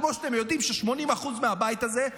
כמו שאתם יודעים ש-80% מהבית הזה,